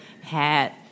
hat